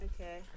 Okay